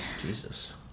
jesus